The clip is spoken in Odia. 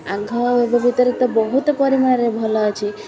ଆଗ ଉପକୃତରେ ତ ବହୁତ ପରିମାଣରେ ଭଲ ଅଛି